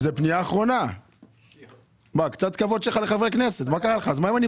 כמה הסכמים כבר נחתמו?